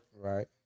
right